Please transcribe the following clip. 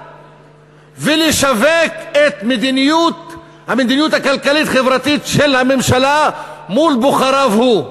ולשווק את המדיניות הכלכלית-חברתית של הממשלה מול בוחריו הוא.